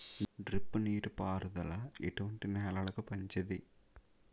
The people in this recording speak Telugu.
డ్రిప్ నీటి పారుదల ఎటువంటి నెలలకు మంచిది?